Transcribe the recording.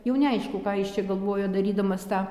jau neaišku ką jis čia galvojo darydamas tą